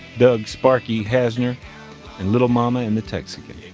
doug sparky hasner, and little mama and the texican.